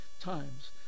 times